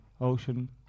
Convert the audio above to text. Ocean